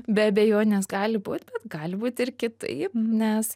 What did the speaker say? be abejonės gali būt bet gali būti ir kitaip nes